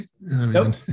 Nope